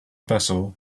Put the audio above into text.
vessel